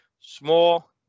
small